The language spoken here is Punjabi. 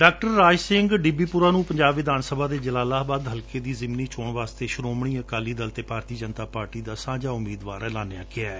ਡਾਕਟਰ ਰਾਜ ਸਿੰਘ ਡਿਬੀਪੁਰਾ ਨ੍ਹੰ ਪੰਜਾਬ ਵਿਧਾਨਸਭਾ ਦੇ ਜਲਾਲਾਬਾਦ ਹਲਕੇ ਦੀ ਚੋਣ ਵਾਸਤੇ ਸ਼ਿਰੋਮਣੀ ਅਕਾਲੀ ਦਲ ਅਤੇ ਭਾਰਤੀ ਜਨਤਾ ਪਾਰਟੀ ਦਾ ਸਾਂਝਾ ਉਮੀਦਵਾਰ ਐਲਾਨਿਆ ਗਿਐ